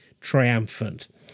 triumphant